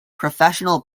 professional